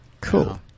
Cool